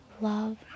love